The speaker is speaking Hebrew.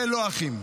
זה לא אחים.